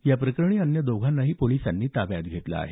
या प्रकरणी अन्य दोघांनाही पोलिसांनी ताब्यात घेतलं आहे